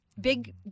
big